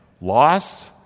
Lost